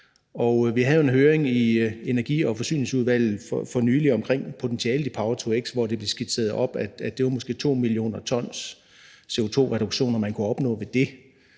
Vi havde en høring i Klima-, Energi- og Forsyningsudvalget for nylig omkring potentialet i power-to-x, hvor det blev skitseret, at det måske var 2 mio. t CO2-reduktioner, man kunne opnå ved det.